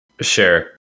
Sure